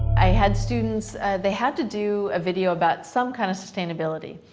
i had students they had to do a video about some kind of sustainability,